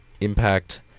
impact